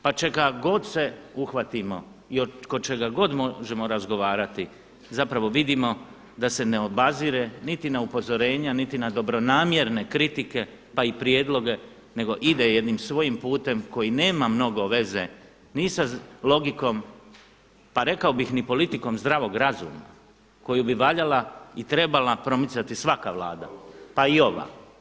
Pa čega god se uhvatimo i oko čega god možemo razgovarati zapravo vidimo da se ne obazire niti na upozorenja niti na dobronamjerne kritike pa i prijedloge nego ide jednim svojim putem koji nema mnogo veze ni sa logikom, pa rekao bi ni politikom zdravog razuma koju bi valjala i trebala promicati svaka Vlada pa i ova.